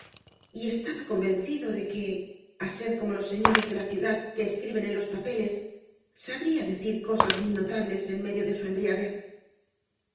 y estaba convencido de que á ser como los señores de la ciudad que escriben en los papeles sabría decir cosas muy notables en medio de su embriaguez